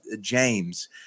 James